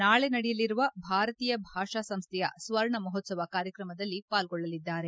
ನಾಳೆ ನಡೆಯಲಿರುವ ಭಾರತೀಯ ಭಾಷಾ ಸಂಸ್ಥೆಯ ಸ್ವರ್ಣ ಮಹೋತ್ಸವ ಕಾರ್ಯಕ್ರಮದಲ್ಲಿ ಪಾಲ್ಗೊಳ್ಳಲಿದ್ದಾರೆ